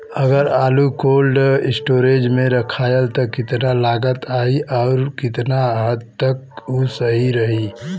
अगर आलू cold storage में रखायल त कितना लागत आई अउर कितना हद तक उ सही रही?